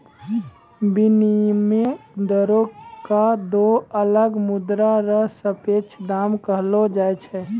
विनिमय दरो क दो अलग मुद्रा र सापेक्ष दाम कहलो जाय छै